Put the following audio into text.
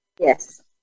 yes